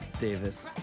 Davis